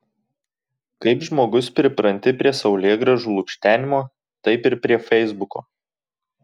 kaip žmogus pripranti prie saulėgrąžų lukštenimo taip ir prie feisbuko